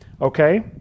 Okay